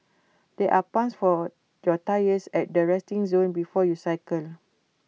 there are pumps for your tyres at the resting zone before you cycle